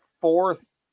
fourth